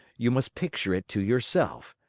you must picture it to yourself.